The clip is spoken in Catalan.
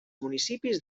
municipis